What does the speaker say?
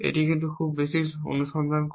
কিন্তু এটি খুব বেশি অনুসন্ধান করছে